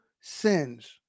sins